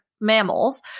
mammals